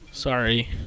Sorry